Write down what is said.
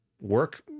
work